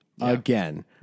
Again